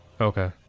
Okay